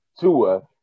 Tua